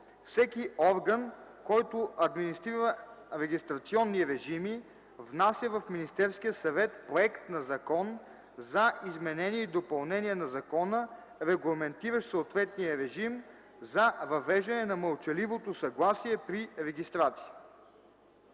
всеки орган, който администрира регистрационни режими, внася в Министерския съвет проект на закон за изменение и допълнение на закона, регламентиращ съответния режим, за въвеждане на мълчаливото съгласие при регистрация.”